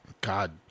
God